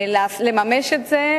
לממש את זה,